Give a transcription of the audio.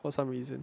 for some reason